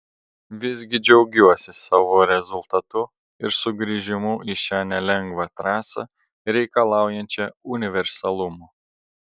visgi džiaugiuosi savo rezultatu ir sugrįžimu į šią nelengvą trasą reikalaujančią universalumo